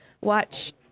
watch